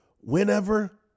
Whenever